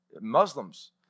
Muslims